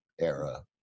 era